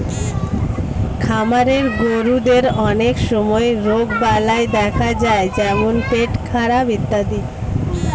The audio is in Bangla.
খামারের গরুদের অনেক সময় রোগবালাই দেখা যায় যেমন পেটখারাপ ইত্যাদি